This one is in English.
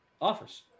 offers